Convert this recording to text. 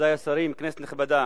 מכובדי השרים, כנסת נכבדה,